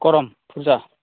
करम फुजा